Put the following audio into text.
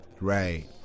right